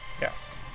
yes